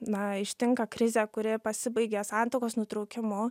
na ištinka krizė kuri pasibaigia santuokos nutraukimu